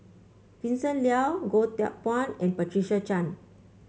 Vincent Leow Goh Teck Phuan and Patricia Chan